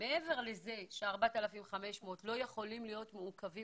מעבר לזה ש-4,500 לא יכולים להיות מעוכבים